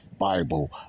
Bible